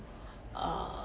uh